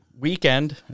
Weekend